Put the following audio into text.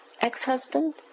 ex-husband